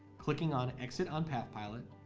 clicking on exit on pathpilot,